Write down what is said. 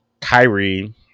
Kyrie